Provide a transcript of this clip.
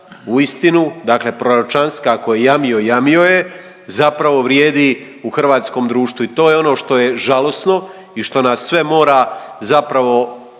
uistinu, dakle proročanska tko je jamio jamio je zapravo vrijedi u hrvatskom društvu i to je ono što je žalosno i što nas sve mora zapravo